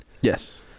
yes